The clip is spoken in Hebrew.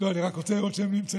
לא, אני רק רוצה לראות שהם נמצאים.